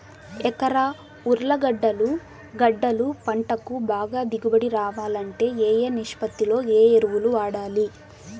ఎకరా ఉర్లగడ్డలు గడ్డలు పంటకు బాగా దిగుబడి రావాలంటే ఏ ఏ నిష్పత్తిలో ఏ ఎరువులు వాడాలి?